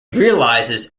realizes